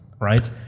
right